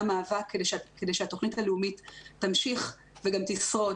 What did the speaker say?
מאבק כדי שהתוכנית הלאומית תמשיך וגם תשרוד.